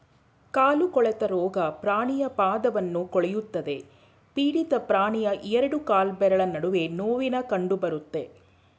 ಕಾಲು ಕೊಳೆತ ರೋಗ ಪ್ರಾಣಿಯ ಪಾದವನ್ನು ಕೊಳೆಯುತ್ತದೆ ಪೀಡಿತ ಪ್ರಾಣಿಯ ಎರಡು ಕಾಲ್ಬೆರಳ ನಡುವೆ ನೋವಿನ ಕಂಡಬರುತ್ತೆ